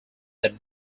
that